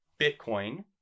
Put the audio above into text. Bitcoin